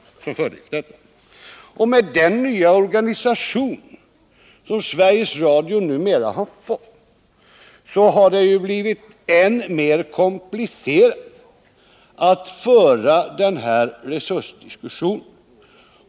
Med den nya organisation som Sveriges Radio numera har har det blivit än mera komplicerat att föra denna resursdiskussion.